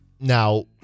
Now